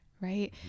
right